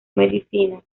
medicina